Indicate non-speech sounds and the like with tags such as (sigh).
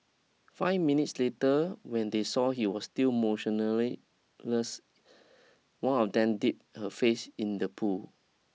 five minutes later when they saw he was still (unintelligible) less one of them dipped her face in the pool